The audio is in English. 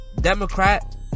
Democrat